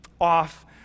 off